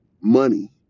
money